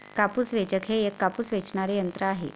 कापूस वेचक हे एक कापूस वेचणारे यंत्र आहे